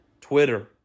Twitter